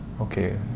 Okay